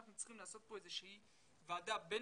אנחנו צריכים לעשות פה איזה שהיא ועדה בין